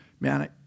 man